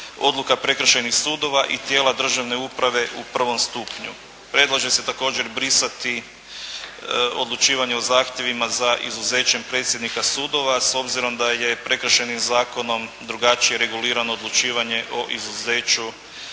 odluka prekršajnih sudova i tijela državne uprave u prvom stupnju. Predlaže se također brisati odlučivanje o zahtjevima za izuzećem predsjednika sudova s obzirom da je prekršajnim zakonom drugačije regulirano odlučivanje o izuzeću